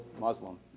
Muslim